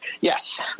Yes